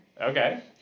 Okay